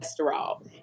cholesterol